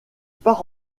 part